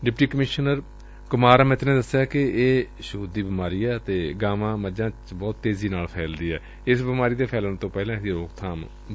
deputy commissioner Kumar Amit ਨੇ ਦੱਸਿਆ ਕਿ ਇਹ ਇਕ ਛੁਤ ਦੀ ਬਿਮਾਰੀ ਏ ਅਤੇ ਗਾਵਾਂ ਮੱਝਾਂ ਚ ਬਹੂਤ ਤੇਜ਼ੀ ਨਾਲ ਫੈਲਦੀ ਏ ਇਸ ਬਿਮਾਰੀ ਦੇ ਫੈਲਣ ਤੋਂ ਪਹਿਲਾਂ ਇਸ ਦੀ ਰੋਕਬਾਮ ਜ਼ਰੂਰੀ ਏ